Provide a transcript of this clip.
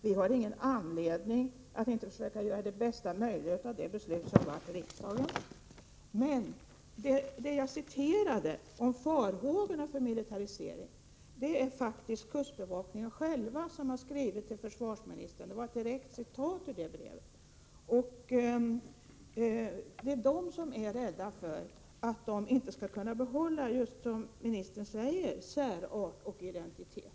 Vi har ingen anledning att inte försöka göra det bästa möjliga av det beslut som fattades i riksdagen. Men det jag citerade om farhågorna för en militarisering har faktiskt kustbevakningen själv skrivit till försvarsministern — det var ett direkt citat ur det brevet. Det är kustbevakningen som är rädd för att den inte skall kunna behålla sin, som ministern sade, särart och identitet.